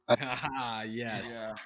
Yes